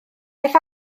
aeth